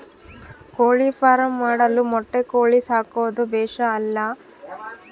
ಕೋಳಿಫಾರ್ಮ್ ಮಾಡಲು ಮೊಟ್ಟೆ ಕೋಳಿ ಸಾಕೋದು ಬೇಷಾ ಇಲ್ಲ ಮಾಂಸದ ಕೋಳಿ ಸಾಕೋದು ಒಳ್ಳೆಯದೇ?